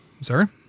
Sir